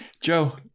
Joe